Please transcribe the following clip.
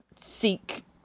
seek